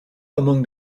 among